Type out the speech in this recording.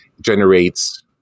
generates